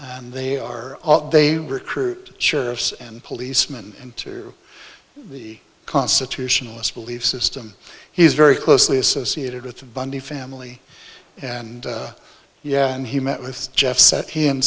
and they are they recruit sheriffs and policeman into the constitutionalist belief system he's very closely associated with the bundy family and yeah and he met with jeff set him